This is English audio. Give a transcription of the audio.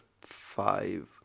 five